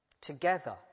Together